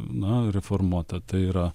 na reformuota tai yra